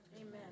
Amen